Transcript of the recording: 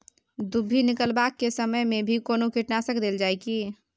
दुभी निकलबाक के समय मे भी कोनो कीटनाशक देल जाय की?